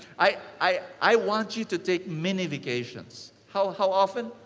i i i want you to take many vacations. how how often?